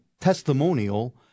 testimonial